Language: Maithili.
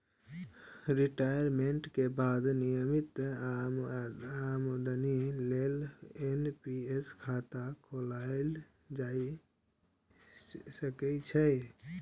रिटायमेंट के बाद नियमित आमदनी लेल एन.पी.एस खाता खोलाएल जा सकै छै